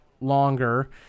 longer